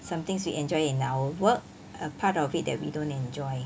some things we enjoy in our work a part of it that we don't enjoy